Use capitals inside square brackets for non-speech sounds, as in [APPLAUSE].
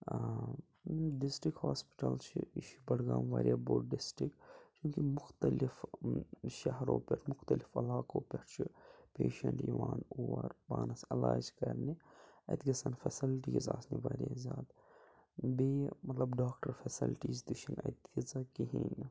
آ [UNINTELLIGIBLE] district hospital چھُ یہِ چھُ بَڈگام واریاہ بوٚڑ ڈِسٹِرٛکٹ چونٛکہِ مختلف شہرو پٮ۪ٹھ مختلف علاقو پٮ۪ٹھ چھِ پیشیٚنٛٹ یِوان اور پانَس علاج کَرنہِ اَتہِ گَژھیٚن فیسَلٹیٖز آسنہِ واریاہ زیادٕ بیٚیہِ مطلب ڈاکٹر فیسَلٹیٖز تہِ چھَنہٕ اَتہِ تیٖژاہ کِہیٖنۍ نہٕ